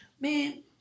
man